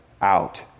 out